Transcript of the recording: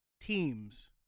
teams